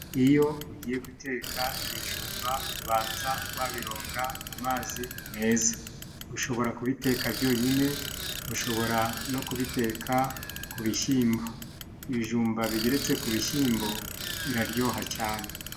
Iyo ugiye guteka ibijumba ubanza wabironga mu mazi meza. Ushobora kubiteka byonyine, ushobora no kubiteka ku bishyimbo. Ibijumba bigeretse ku bishyimbo biraryoha cyane.